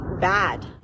bad